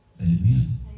Amen